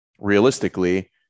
realistically